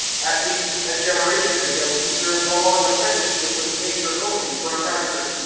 at least, a generation ago he served a long apprenticeship with nature only for a master,